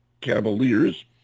Cavaliers